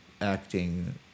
acting